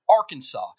Arkansas